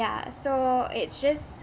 ya so it's just